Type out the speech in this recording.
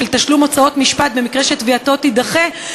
תשלום הוצאות משפט במקרה שתביעתו תידחה,